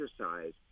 exercise